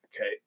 Okay